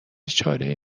چارهای